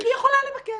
היא יכולה לבקש.